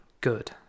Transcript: good